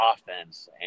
offense